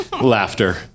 Laughter